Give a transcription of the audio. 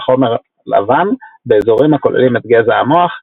החומר לבן באזורים הכוללים את גזע המוח,